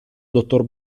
dottor